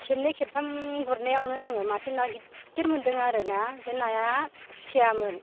खेबनै खेबथाम गुरनायावनो आङो मासे ना गिदिर मोनदों आरोना बे नाया खुसियामोन